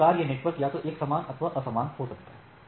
इस प्रकार यह नेटवर्क या तो एक समान अथवा असमान हो सकता है